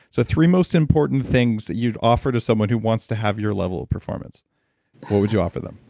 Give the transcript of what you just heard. so three most important things that you'd offer to someone who wants to have your level of performance. what would you offer them?